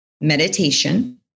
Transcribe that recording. meditation